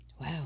Wow